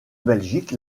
belgique